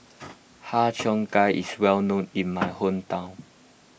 Har Cheong Gai is well known in my hometown